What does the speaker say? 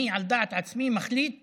אני, על דעת עצמי, מחליט